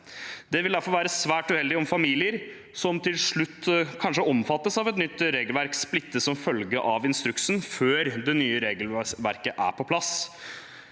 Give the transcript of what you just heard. Det vil derfor være svært uheldig om familier som til slutt kanskje omfattes av et nytt regelverk, splittes som følge av instruksen, før det nye regelverket er på plass.